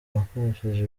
nakoresheje